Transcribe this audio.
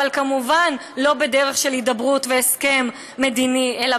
אבל כמובן לא בדרך של הידברות והסכם מדיני אלא